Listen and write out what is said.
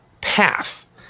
path